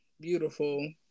beautiful